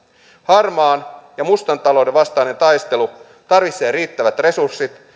harmaan ja mustan talouden vastainen taistelu tarvitsee riittävät resurssit